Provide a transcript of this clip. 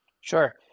Sure